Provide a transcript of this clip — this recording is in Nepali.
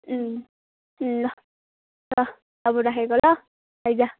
ल ल अब राखेको ल आइज ल